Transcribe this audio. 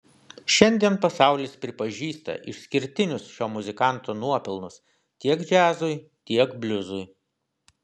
šiandien pasaulis pripažįsta išskirtinius šio muzikanto nuopelnus tiek džiazui tiek bliuzui